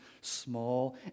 small